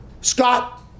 Scott